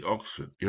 Oxford